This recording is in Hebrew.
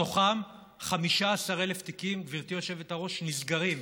מתוכם 15,000 תיקים נסגרים,